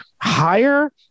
higher